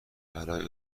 البرای